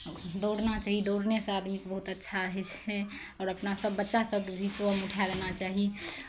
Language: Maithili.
दौड़ना चाही दौड़नेसँ आदमीकेँ बहुत अच्छा होइ छै आओर अपना सभ बच्चा सभकेँ भी सुबहमे उठा देना चाही